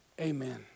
amen